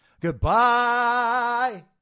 Goodbye